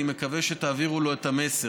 אני מקווה שתעבירו לו את המסר.